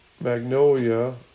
Magnolia